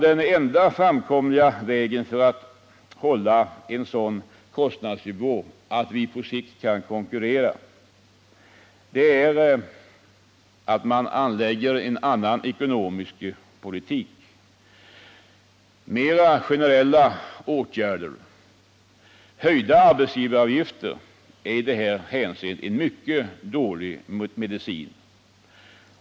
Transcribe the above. Den enda framkomliga vägen för att hålla en sådan kostnadsnivå att vi på sikt kan konkurrera är att man bedriver en annan ekonomisk politik med mera generella åtgärder. Höjda arbetsgivaravgifter är i detta hänseende en mycket dålig medicin.